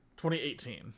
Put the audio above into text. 2018